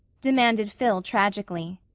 demanded phil tragically.